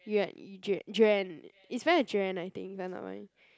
Yua~ Yu~ Jua~ Juan it's pronounced as Juan I think if I'm not wrong